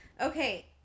okay